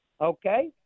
okay